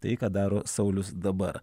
tai ką daro saulius dabar